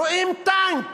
רואים טנק